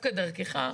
דווקא דרכך,